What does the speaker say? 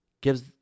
gives